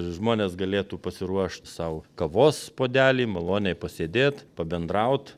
žmonės galėtų pasiruošt sau kavos puodelį maloniai pasėdėt pabendraut